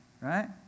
right